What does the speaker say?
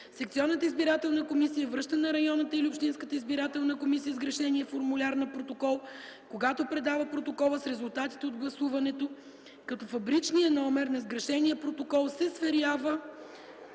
Секционната избирателна комисия връща на районната или общинската избирателна комисия сгрешения формуляр на протокол, когато предава протокола с резултатите от гласуването, като фабричният номер на сгрешения протокол се сверява